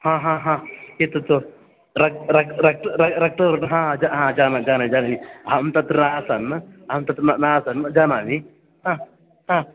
एतत् रक्तवर्णः हा जानामि जानामि जानामि अहं तत्र आसन् अहं तत्र न आसन् न जानामि